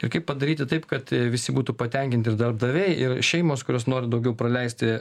ir kaip padaryti taip kad visi būtų patenkinti ir darbdaviai ir šeimos kurios nori daugiau praleisti